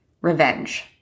Revenge